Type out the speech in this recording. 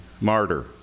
martyr